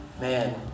Man